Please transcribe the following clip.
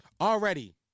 Already